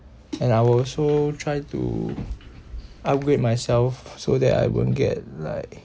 and I will also try to upgrade myself so that I won't get like